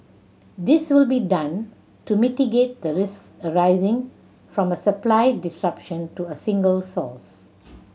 this will be done to mitigate the risks arising from a supply disruption to a single source